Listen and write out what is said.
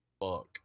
fuck